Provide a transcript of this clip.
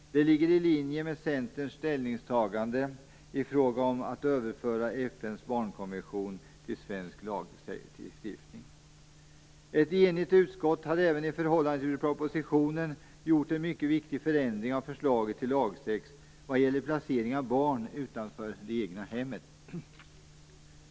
Det ligger i linje med Centerns ställningstagande i fråga om att överföra FN:s barnkonvention till svensk lagstiftning. Ett enigt utskott har även i förhållande till propositionen gjort en mycket viktig förändring av förslaget till lagtext vad gäller placering av barn utanför det egna hemmet.